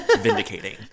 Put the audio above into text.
vindicating